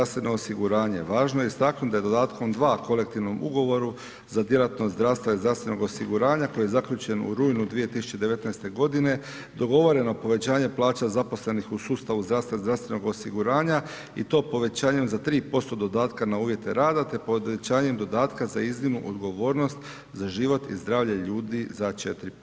Važno je istaknuti da je Dodatkom 2. Kolektivnom ugovoru za djelatnost zdravstva i zdravstvenog osiguranja koji je zaključen u rujnu 2019. godine dogovoreno povećanje plaća zaposlenih u sustavu zdravstva i zdravstvenog osiguranja i to povećanjem za 3% dodatka na uvjete rada te povećanjem dodatka za iznimnu odgovornost za život i zdravlje ljudi za 4%